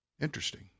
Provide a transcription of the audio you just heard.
Interesting